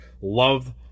love